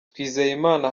twizeyimana